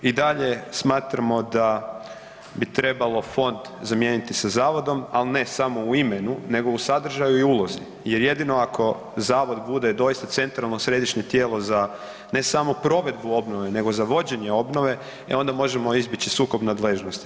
I dalje smatramo da bi trebalo fond zamijeniti sa zavodom, al ne samo u imenu nego u sadržaju i ulozi jer jedino ako zavod bude doista centralno središnje tijelo za ne samo za provedbu obnove nego za vođenje obnove, e onda možemo izbjeći sukob nadležnosti.